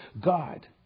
God